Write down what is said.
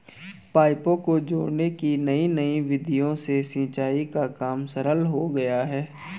पाइपों को जोड़ने की नयी नयी विधियों से सिंचाई का काम सरल हो गया है